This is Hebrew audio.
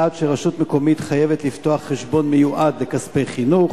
1. רשות מקומית חייבת לפתוח חשבון מיועד לכספי חינוך,